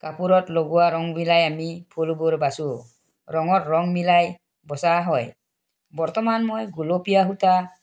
কাপোৰত লগোৱা ৰং মিলাই আমি ফুলবোৰ বাচোঁ ৰঙত ৰং মিলাই বচা হয় বৰ্তমান মই গুলপীয়া সূতা